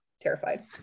Terrified